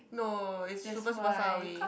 no they super super far away